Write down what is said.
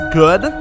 good